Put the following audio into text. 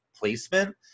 placement